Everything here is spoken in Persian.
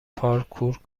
پارکور